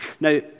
Now